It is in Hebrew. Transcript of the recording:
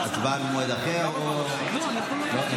הצבעה במועד אחר או, אוקיי.